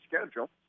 schedule